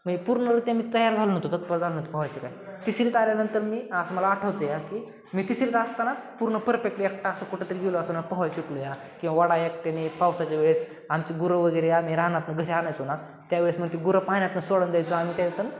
मी पूर्णरित्या मी तयार झालो नव्हतं तत्पर झालो नव्हतं पोहाय शिकाय तिसरीत आल्यानंतर मी असं मला आठवत या की मी तिसरी असताना पूर्ण परफेक्टली एकटा असं कुठं तरी गेलो असताना पोहाय शिकलुया किंवा ओढा एकट्याने पावसाच्या वेळेस आमची गुरं वगैरे आम्ही रानातनं घरी आणायचो ना त्या वेळेस मग ती गुरं पाण्यातूनं सोडून द्यायचो आम्ही त्यातून